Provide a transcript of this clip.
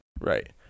Right